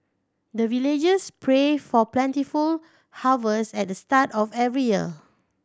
the villagers pray for plentiful harvest at the start of every year